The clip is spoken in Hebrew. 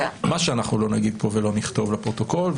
מה שלא נגיד פה ולא נכתוב לפרוטוקול,